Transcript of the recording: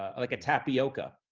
ah like a tapioca.